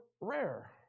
rare